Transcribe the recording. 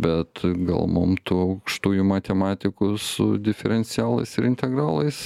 bet gal mum tų aukštųjų matematikų su diferencialais ir integralais